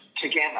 together